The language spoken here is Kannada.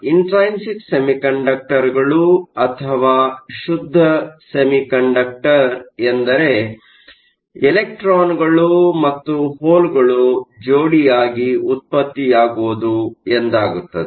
ಇಂಟ್ರೈನ್ಸಿಕ್ ಸೆಮಿಕಂಡಕ್ಟರ್ ಅಥವಾ ಶುದ್ಧ ಸೆಮಿಕಂಡಕ್ಟರ್ ಎಂದರೆ ಎಲೆಕ್ಟ್ರಾನ್ಗಳು ಮತ್ತು ಹೋಲ್ಗಳು ಜೋಡಿಯಾಗಿ ಉತ್ಪತ್ತಿಯಾಗುವುದು ಎಂದಾಗುತ್ತದೆ